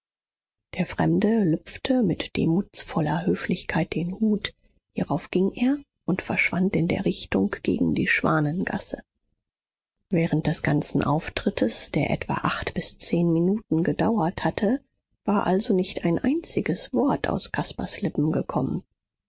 der fremde lüpfte mit demutsvoller höflichkeit den hut hierauf ging er und verschwand in der richtung gegen die schwanengasse während des ganzen auftrittes der etwa acht bis zehn minuten gedauert hatte war also nicht ein einziges wort aus caspars lippen gekommen